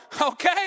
okay